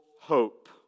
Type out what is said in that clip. hope